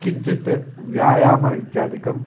किञ्चित् व्यायामम् इत्यादिकम्